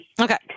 Okay